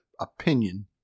opinion